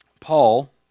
Paul